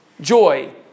joy